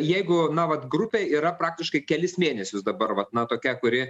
jeigu na vat grupė yra praktiškai kelis mėnesius dabar vat na tokia kuri